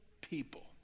people